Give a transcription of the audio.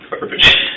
garbage